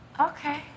Okay